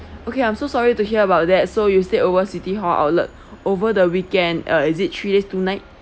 okay I'm so sorry to hear about that so you stayed over city hall outlet over the weekend uh is it three days two night